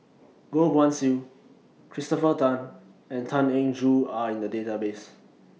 Goh Guan Siew Christopher Tan and Tan Eng Joo Are in The Database